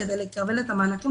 כדי לקבל את המענקים,